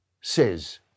says